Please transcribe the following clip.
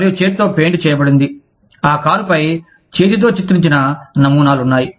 మరియు చేతితో పెయింట్ చేయబడింది ఆ కారుపై చేతితో చిత్రించిన నమూనాలు ఉన్నాయి